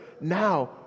now